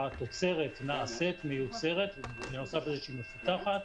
התוצרת נעשית, מיוצרת, בנוסף לזה שהיא מפותחת,